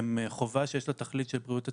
היא חובה שיש לה תכלית של בריאות הציבור.